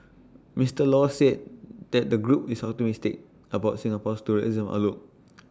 Mister law said that the group is optimistic about Singapore's tourism outlook